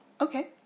Okay